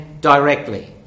directly